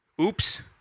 Oops